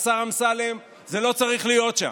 השר אמסלם, זה לא צריך להיות שם.